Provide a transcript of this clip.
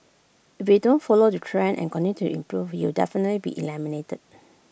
if you don't follow the trends and continue to improve you'll definitely be eliminated